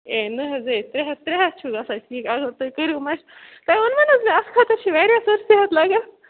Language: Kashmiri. ہے نَہ حظ ہے ترٛےٚ ہتھ ترٛےٚ ہتھ چھُ گَژھن ٹھیٖک اگر تۄہہِ کٔرِو مش تۄہہِ وُوٚنوٕ حظ اَتھ خٲطرٕ چھِ وارِیاہ سٕر صحت لَگن